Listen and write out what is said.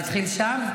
אה, זה התחיל שם?